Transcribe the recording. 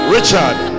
Richard